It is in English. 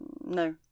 no